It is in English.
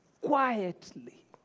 quietly